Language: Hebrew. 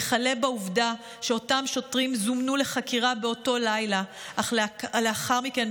וכלה בעובדה שאותם שוטרים זומנו לחקירה באותו לילה אך לאחר מכן,